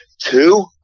Two